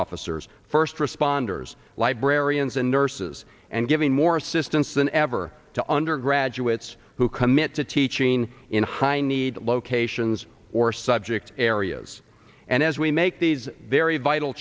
officers first responders librarians and nurses and giving more assistance than ever to undergraduates who commit to teaching in high need locations or subject areas and as we make these very vital